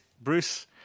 Bruce